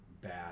bad